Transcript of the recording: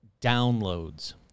Downloads